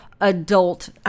adult